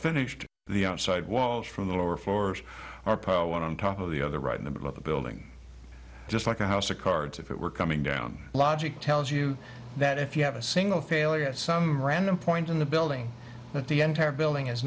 finished the outside walls from the lower floors are piled one on top of the other right in the middle of the building just like a house of cards if it were coming down logic tells you that if you have a single failure at some random point in the building but the entire building is